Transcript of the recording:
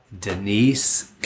Denise